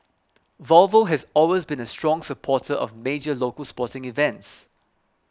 volvo has always been a strong supporter of major local sporting events